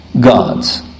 gods